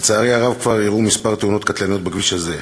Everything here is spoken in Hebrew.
לצערי הרב כבר אירעו כמה תאונות קטלניות בכביש הזה.